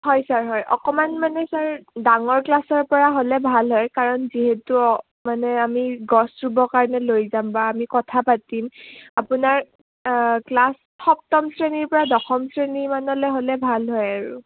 হয় ছাৰ হয় অকণমান মানে ছাৰ ডাঙৰ ক্লাছৰপৰা হ'লে ভাল হয় কাৰণ যিহেতু মানে আমি গছ ৰুবৰ কাৰণে লৈ যাম বা আমি কথা পাতিম আপোনাৰ ক্লাছ সপ্তম শ্ৰেণীৰপৰা দশম শ্ৰেণীৰমানলৈ হ'লে ভাল হয় আৰু